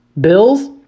Bills